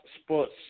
Sports